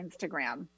Instagram